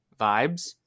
vibes